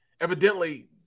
evidently